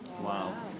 Wow